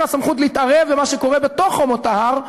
הסמכות להתערב במה שקורה בתוך חומות ההר.